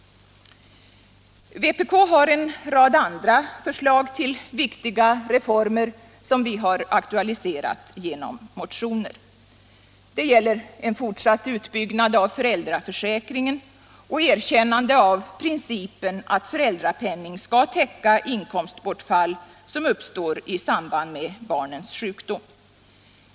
Vpk har en rad andra förslag till viktiga reformer som vi aktualiserat genom motioner. Det gäller en fortsatt utbyggnad av föräldraförsäkringen och ett erkännande av principen att föräldrapenning skall täcka inkomstbortfall som uppstår i samband med barnens sjukdom.